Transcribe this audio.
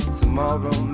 tomorrow